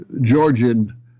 Georgian